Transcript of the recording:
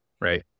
right